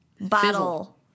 bottle